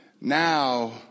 now